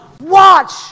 watch